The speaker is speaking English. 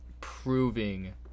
proving